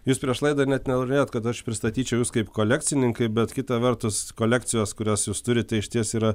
jūs prieš laidą net nenorėjot kad aš pristatyčiau jus kaip kolekcininkai bet kita vertus kolekcijos kurias jūs turite išties yra